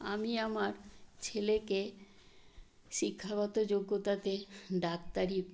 আমি আমার ছেলেকে শিক্ষাগত যোগ্যতাতে ডাক্তারি